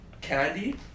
candy